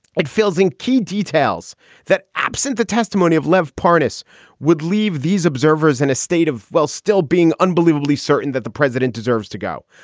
it fills in key details that absent the testimony of lev, parness would leave these observers in a state of, well, still being unbelievably certain that the president deserves to go.